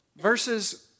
verses